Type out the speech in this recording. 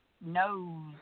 knows